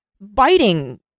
biting